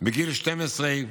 בגיל 12,